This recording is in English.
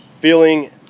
Feeling